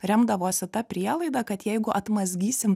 remdavosi ta prielaida kad jeigu atmazgysim